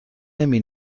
نمی